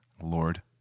Lord